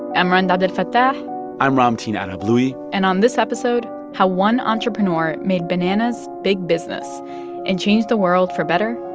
i'm rund abdelfatah i'm ramtin and arablouei and on this episode, how one entrepreneur made bananas big business and changed the world for better